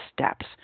steps